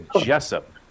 Jessup